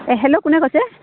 এই হেল্ল' কোনে কৈছে